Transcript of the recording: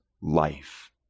life